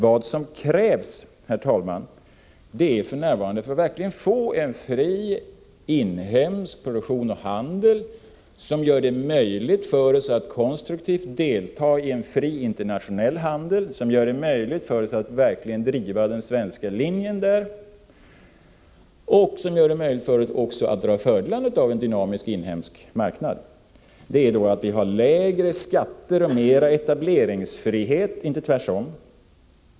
Vad som krävs, herr talman, för att vi verkligen skall få en fri inhemsk produktion och handel, som gör det möjligt för oss att konstruktivt delta i en fri internationell handel, att verkligen driva den svenska linjen och att även utnyttja fördelarna av en dynamisk inhemsk marknad, är att det blir lägre skatter och mera etableringsfrihet — inte tvärtom.